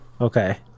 Okay